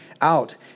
out